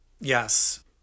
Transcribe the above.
Yes